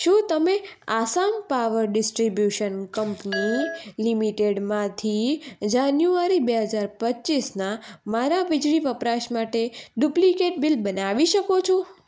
શું તમે Assam power distribution company લિમિટેડમાંથી જાન્યુઆરી બે હજાર પચીસના મારા વીજળી વપરાશ માટે ડુપ્લિકેટ બિલ બનાવી શકો છો